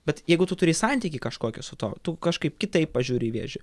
bet jeigu tu turi santykį kažkokį su tuo tu kažkaip kitaip pažiūri į vėžį